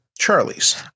Charlie's